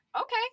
okay